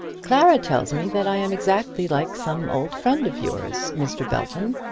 clara tells me that i am exactly like some old friend of yours, mr. belton.